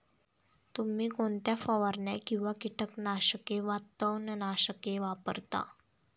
तुम्ही कोणत्या फवारण्या किंवा कीटकनाशके वा तणनाशके वापरता?